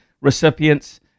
recipients